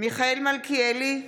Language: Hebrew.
מיכאל מלכיאלי,